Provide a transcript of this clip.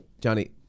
Johnny